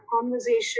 conversation